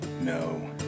no